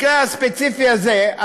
במקרה הספציפי הזה,